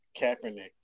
Kaepernick